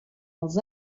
els